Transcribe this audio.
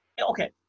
okay